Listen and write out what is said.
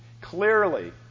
clearly